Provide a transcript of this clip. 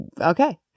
okay